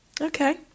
Okay